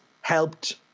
helped